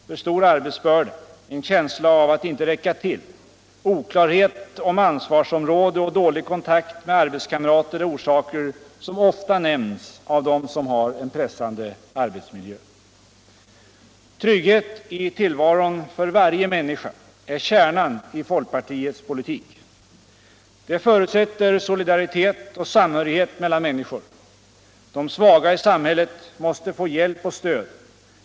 För stor arbetsbörda, en kinsla av att inte räcka till, oklärhet om ansvarsområde och dälig kontakt med arbetskamrater är orsaker som ofta nämns av dem som har en pressande arbetsmiljö. Trygghet i tillvaron för varje människa är kärnan i folkpartiets politik. Det förutsätter solidaritet och samhörighet mellan miinniskor. De svaga i samhillet måste få hjälp och stöd.